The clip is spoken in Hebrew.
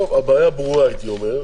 טוב, הבעיה ברורה, הייתי אומר.